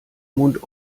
mund